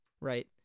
right